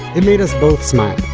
it made us both smile.